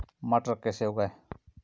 मटर कैसे उगाएं?